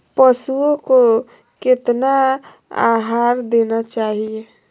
पशुओं को कितना आहार देना चाहि?